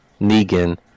negan